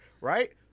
right